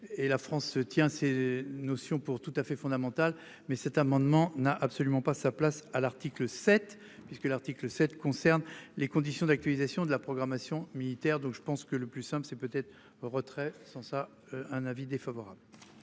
la France se tient ces notions pour tout à fait fondamental mais cet amendement n'a absolument pas sa place à l'article 7 puisque l'article 7 concerne les conditions d'actualisation de la programmation militaire. Donc je pense que le plus simple c'est peut-être. Sans ça, un avis défavorable.